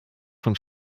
von